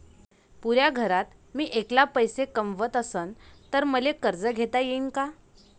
पुऱ्या घरात मी ऐकला पैसे कमवत असन तर मले कर्ज घेता येईन का?